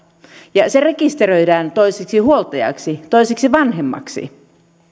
ja hänet rekisteröidään toiseksi huoltajaksi toiseksi vanhemmaksi